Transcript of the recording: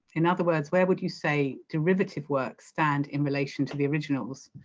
in other words where would you say derivative works stand in relation to the originals?